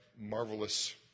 marvelous